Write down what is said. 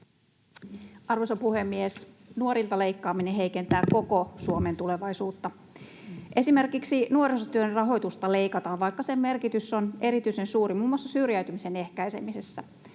Arvoisa puhemies! Nuorilta leikkaaminen heikentää koko Suomen tulevaisuutta. Esimerkiksi nuorisotyön rahoitusta leikataan, vaikka sen merkitys on erityisen suuri muun muassa syrjäytymisen ehkäisemisessä.